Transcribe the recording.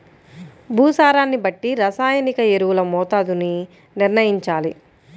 భూసారాన్ని బట్టి రసాయనిక ఎరువుల మోతాదుని నిర్ణయంచాలి